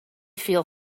feel